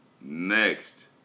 next